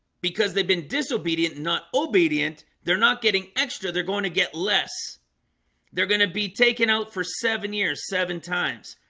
because they've been disobedient not obedient. they're not getting extra they're going to get less they're going to be taken out for seven years seven times.